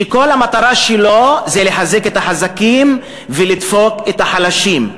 שכל המטרה שלו זה לחזק את החזקים ולדפוק את החלשים.